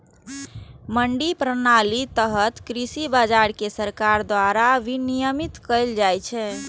मंडी प्रणालीक तहत कृषि बाजार कें सरकार द्वारा विनियमित कैल जाइ छै